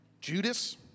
Judas